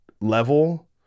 level